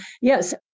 yes